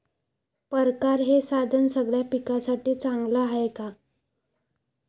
परकारं हे साधन सगळ्या पिकासाठी चांगलं हाये का?